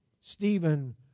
Stephen